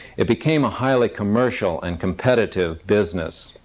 it became a highly commercial and competitive business.